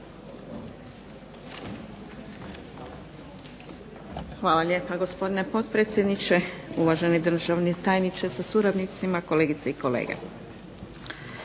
Hvala lijepa gospodine potpredsjedniče. Uvaženi državni tajniče sa suradnicima, kolegice i kolege